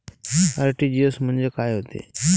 RTGS म्हंजे काय होते?